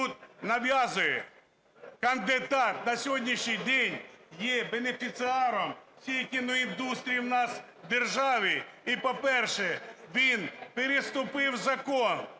тут нав'язує? Кандидат на сьогоднішній день є бенефіціаром всієї кіноіндустрії у нас в державі. І, по-перше, він переступив закон,